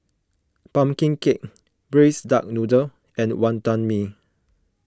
Pumpkin Cake Braised Duck Noodle and Wonton Mee